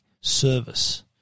service